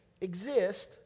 exist